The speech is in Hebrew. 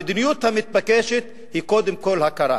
המדיניות המתבקשת היא קודם כול הכרה,